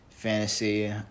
fantasy